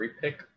pick